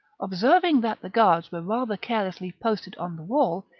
observing that the guards were rather carelessly posted on the wall,